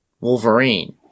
Wolverine